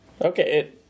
Okay